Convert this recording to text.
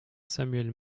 samuel